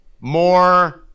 more